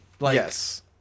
Yes